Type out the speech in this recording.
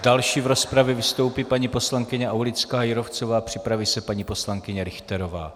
Další v rozpravě vystoupí paní poslankyně Aulická Jírovcová, připraví se paní poslankyně Richterová.